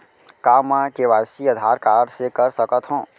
का मैं KYC Aadhaar card से कर सकत हो?